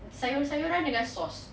sayur-sayuran dengan sauce